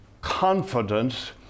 confidence